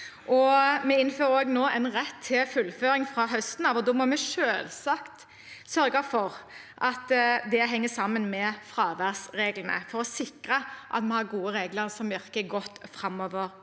Vi innfører fra høsten av en rett til fullføring, og da må vi selvsagt sørge for at det henger sammen med fraværsreglene, for å sikre at vi har gode regler som virker godt framover